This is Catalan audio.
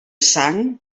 sang